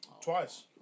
twice